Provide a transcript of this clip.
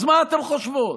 אז מה אתן חושבות,